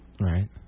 Right